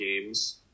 games